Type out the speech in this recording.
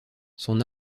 son